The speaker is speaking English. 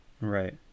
Right